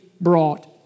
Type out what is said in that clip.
brought